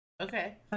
Okay